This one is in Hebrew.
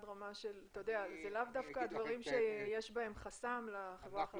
זה לאו דווקא דברים שיש בהם חסם לחברה החרדית.